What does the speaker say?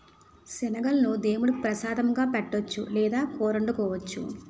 శనగలను దేముడికి ప్రసాదంగా పెట్టొచ్చు లేదా కూరొండుకోవచ్చు